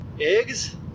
eggs